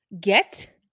get